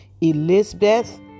Elizabeth